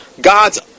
God's